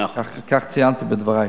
כך ציינתי בדברי.